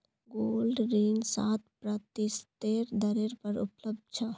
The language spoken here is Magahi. गोल्ड ऋण सात प्रतिशतेर दरेर पर उपलब्ध छ